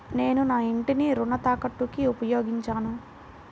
నేను నా ఇంటిని రుణ తాకట్టుకి ఉపయోగించాను